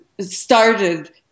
started